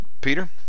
Peter